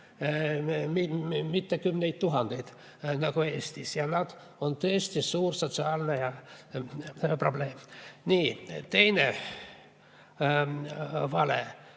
mitte kümneid tuhandeid nagu Eestis, ja see on tõesti suur sotsiaalne probleem. Nii. Teine vale